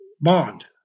bond